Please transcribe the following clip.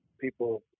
people